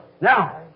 Now